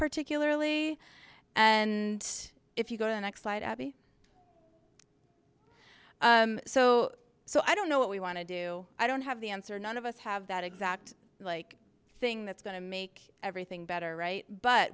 particularly and if you go to the next slide abby so so i don't know what we want to do i don't have the answer none of us have that exact like thing that's going to make everything better right but